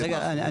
שנייה, שנייה.